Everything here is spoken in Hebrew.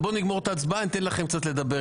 בואו נגמור את ההצבעה ואתן לכם קצת לדבר,